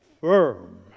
firm